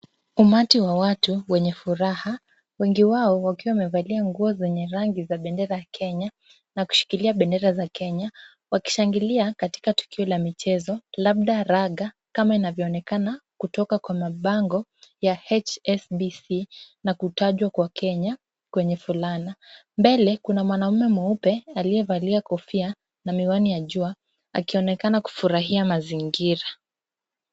Umati wa watu wenye furaha wengi wao wakiwa wamevalia nguo zenye rangi za bendera ya Kenya na kushikilia bendera za Kenya wakishangilia katika tukio la michezo labda raga kama inavyoonekana kutoka kwa mabango ya HSBC na kutajwa kwa Kenya kwenye fulana. Mbele kuna mwanaume mweupe aliyevalia kofia na miwani ya jua akionekana kufurahia mazingira.